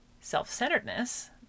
self-centeredness